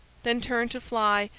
then turned to fly,